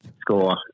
score